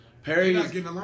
Perry